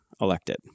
elected